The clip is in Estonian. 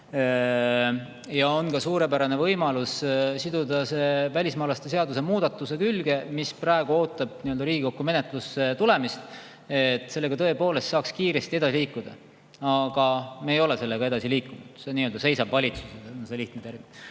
Ja on ka suurepärane võimalus siduda see välismaalaste seaduse muudatuse külge, mis praegu ootab Riigikokku menetlusse tulemist. Sellega tõepoolest saaks kiiresti edasi liikuda, aga me ei ole sellega edasi liikunud. See seisab valitsuses. Või teine